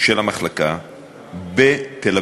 של המחלקה בתל-אביב,